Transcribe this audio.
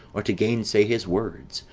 or to gainsay his words,